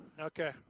Okay